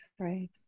Right